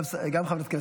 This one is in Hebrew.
היא גם חברת כנסת.